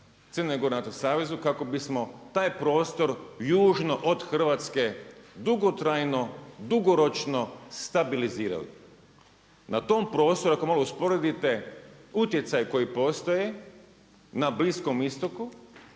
Crne Gore NATO savezu kako bismo taj prostor južno od Hrvatske dugotrajno, dugoročno stabilizirali. Na tom prostoru ako malo usporedite utjecaj koji postoje na Bliskom Istoku